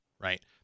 right